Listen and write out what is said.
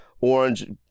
orange